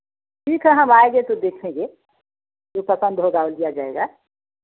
ठीक है हम आएँगे तो देखेंगे जो पसंद होगा लिया जाएगा